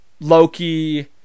Loki